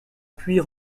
puits